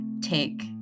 take